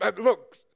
look